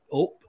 up